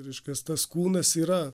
reiškias tas kūnas yra